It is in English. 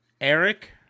Eric